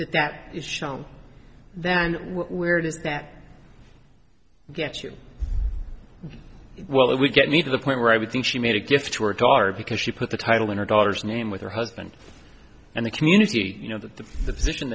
it that is shown there and where does that get you well that would get me to the point where i would think she made a gift to her daughter because she put the title in her daughter's name with her husband and the community you know the position